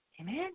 Amen